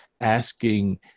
asking